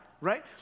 right